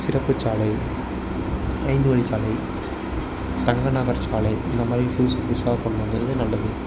சிறப்பு சாலை ஐந்து வழி சாலை தங்க நகர் சாலை இந்த மாதிரி புதுசு புதுசாக கொண்டு வந்தது நல்லது